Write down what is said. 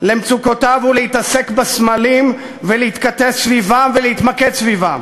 למצוקותיו הוא להתעסק בסמלים ולהתכתש סביבם ולהתמקד סביבם.